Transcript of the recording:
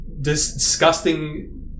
disgusting